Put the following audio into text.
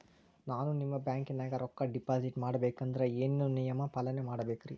ನಾನು ನಿಮ್ಮ ಬ್ಯಾಂಕನಾಗ ರೊಕ್ಕಾ ಡಿಪಾಜಿಟ್ ಮಾಡ ಬೇಕಂದ್ರ ಏನೇನು ನಿಯಮ ಪಾಲನೇ ಮಾಡ್ಬೇಕ್ರಿ?